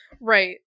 Right